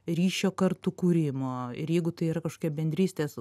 ryšio kartu kūrimo ir jeigu tai yra kažkokie bendrystės